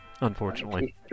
unfortunately